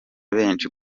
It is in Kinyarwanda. benshi